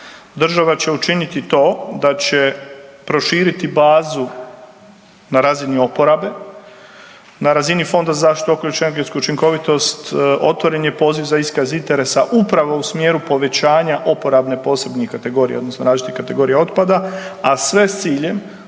Država će učiniti to da će proširiti bazu na razini oporabe. Na razini Fonda za zaštitu okoliša i energetsku učinkovitost otvoren je poziv za iskaz interesa upravo u smjeru povećanja oporebne posebnih kategorija odnosno različitih kategorija otpada, a sve s ciljem